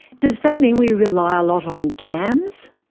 does that mean we rely a lot on dams?